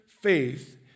faith